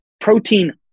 Protein